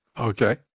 Okay